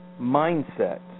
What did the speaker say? mindset